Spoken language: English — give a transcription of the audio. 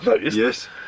yes